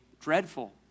dreadful